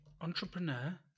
Entrepreneur